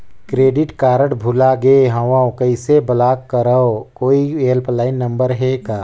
Credit card भुला गे हववं कइसे ब्लाक करव? कोई हेल्पलाइन नंबर हे का?